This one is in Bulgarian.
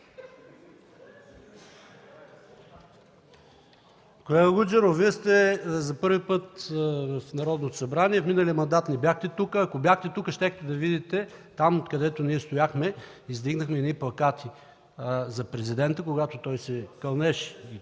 Господин Гуджеров, Вие за първи път сте в Народното събрание, в миналия мандат не бяхте тук. Ако бяхте тук, щяхте да видите там, където ние стояхме, издигнахме едни плакати за президента, когато той се кълнеше